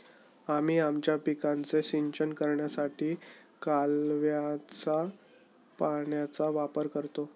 आम्ही आमच्या पिकांचे सिंचन करण्यासाठी कालव्याच्या पाण्याचा वापर करतो